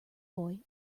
boy